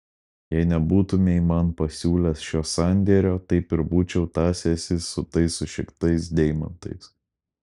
jei nebūtumei man pasiūlęs šio sandėrio taip ir būčiau tąsęsis su tais sušiktais deimantais